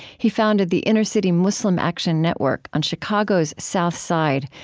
he founded the inner-city muslim action network on chicago's south side,